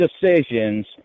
decisions